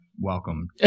welcome